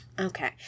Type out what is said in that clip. Okay